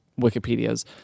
Wikipedia's